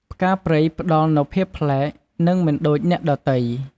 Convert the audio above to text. ផ្កាព្រៃផ្តល់នូវ ភាពប្លែក និងមិនដូចអ្នកដទៃ។